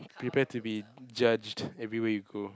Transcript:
prepare to be judged everywhere you go